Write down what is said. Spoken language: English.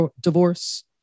divorce